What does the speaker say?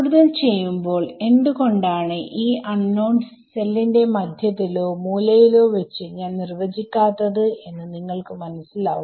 കൂടുതൽ ചെയ്യുമ്പോൾ എന്ത് കൊണ്ടാണ് ഈ അൺനോൺസ് സെല്ലിന്റെ മധ്യത്തിലോ മൂലയിലോ വെച്ച് ഞാൻ നിർവ്വചിക്കാത്തത് എന്ന് നിങ്ങൾക്ക് മനസ്സിലാവും